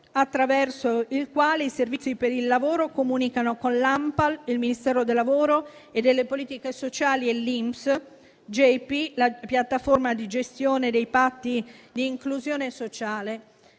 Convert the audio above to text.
attraverso il quale i servizi per il lavoro comunicano con l'ANPAL, il Ministero del lavoro e delle politiche sociali, l'INPS, GePI, la piattaforma per la gestione dei patti per l'inclusione sociale.